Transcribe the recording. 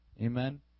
Amen